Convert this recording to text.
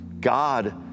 God